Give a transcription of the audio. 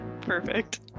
Perfect